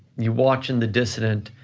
you're watching the dissident,